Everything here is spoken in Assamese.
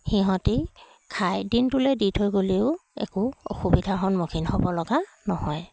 সিহঁতি খাই দিনটোলৈ দি থৈ গ'লেও একো অসুবিধাৰ সন্মুখীন হ'ব লগা নহয়